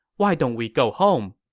why don't we go home?